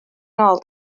nôl